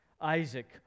Isaac